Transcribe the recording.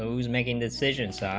was making decisions